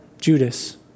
Judas